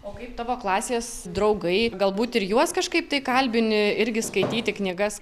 o kaip tavo klasės draugai galbūt ir juos kažkaip tai kalbini irgi skaityti knygas